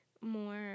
more